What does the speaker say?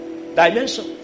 Dimension